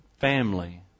family